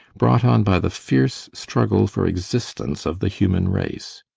brought on by the fierce struggle for existence of the human race.